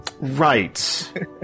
Right